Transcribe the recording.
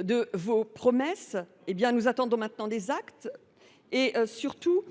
de vos promesses. Nous attendons maintenant des actes. Surtout,